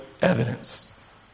evidence